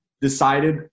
decided